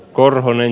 korhonen